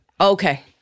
Okay